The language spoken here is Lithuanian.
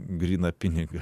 gryną pinigą